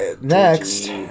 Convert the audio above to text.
Next